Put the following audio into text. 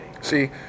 See